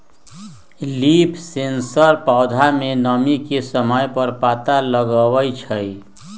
leaf sensor पौधा में नमी के समय पर पता लगवई छई